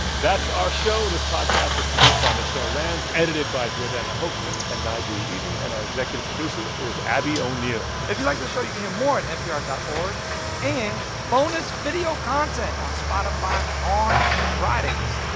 that's our show. this podcast was produced by michelle lanz, edited by jordana hochman and n'jeri eaton. and our executive producer is abby o'neill if you liked the show, you can hear more at npr dot org and bonus video content on spotify on fridays.